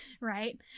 right